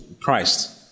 Christ